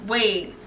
Wait